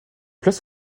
place